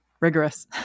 rigorous